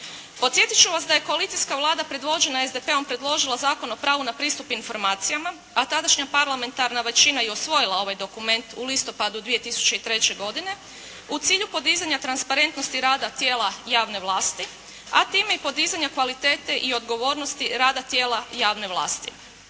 Podsjetiti ću vas da je koalicijska Vlada predvođena SDP-om predložila Zakon o pravu na pristup informacijama, a tadašnja parlamentarna većina i usvojila ovaj dokument u listopadu 2003. godine, u cilju podizanja transparentnosti rada tijela javne vlasti, a time i podizanja kvalitete i odgovornosti rada tijela javne vlasti.